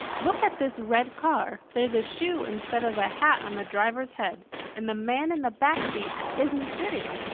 look at this red car. there's a shoe instead of a hat on the driver's head and the man in the backseat isn't sitting.